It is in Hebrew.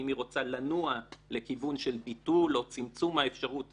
אם היא רוצה לנוע לכיוון של ביטול או צמצום האפשרות